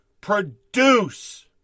produce